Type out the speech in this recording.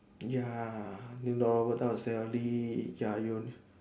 ya you know what type of salary ya you